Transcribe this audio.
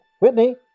whitney